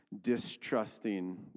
distrusting